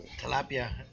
tilapia